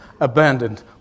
abandoned